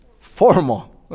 Formal